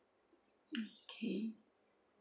okay